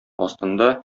астында